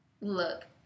look